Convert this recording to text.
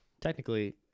technically